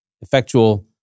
effectual